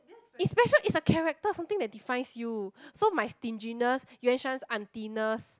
it's special it's a character something that defines you so my stinginess Yuan-Shan's auntiness